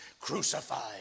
crucified